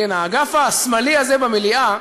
האגף השמאלי הזה במליאה